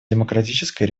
демократической